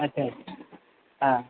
अच्छा हा